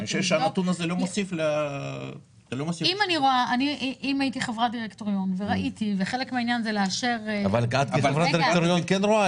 של --- אם אני חברה בדירקטוריון וראיתי סכום מטורף על X שעות